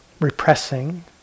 repressing